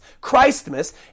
christmas